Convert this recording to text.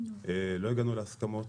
לא הגענו להסכמות.